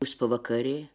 us pavakarė